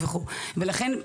לכן,